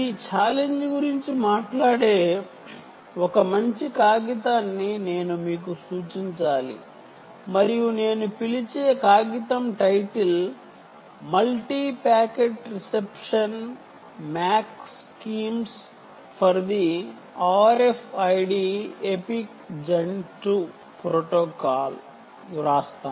ఈ ఛాలెంజ్ గురించి మాట్లాడే ఒక మంచి పేపర్ ని నేను మీకు సూచించాలి మరియు paper title "multi packet reception Mac Schemes for the RFID EPC Gen 2 protocol"